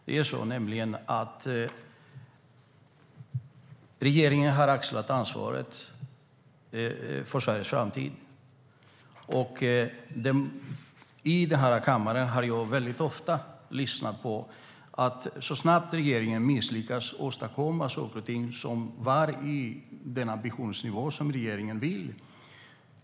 Det är nämligen så att regeringen har axlat ansvaret för Sveriges framtid, och jag har i kammaren ofta hört att regeringen har en enkel förklaring så fort den misslyckas med att åstadkomma saker och ting på den ambitionsnivå regeringen har.